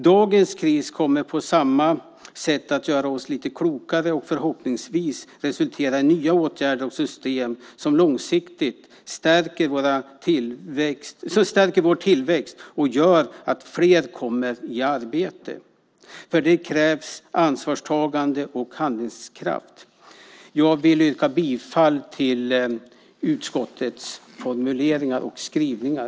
Dagens kris kommer på samma sätt att göra oss lite klokare och förhoppningsvis resultera i nya åtgärder och system som långsiktigt stärker vår tillväxt och gör att fler kommer i arbete. För det krävs ansvarstagande och handlingskraft. Jag yrkar bifall till utskottets formuleringar och skrivningar.